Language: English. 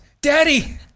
Daddy